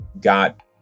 got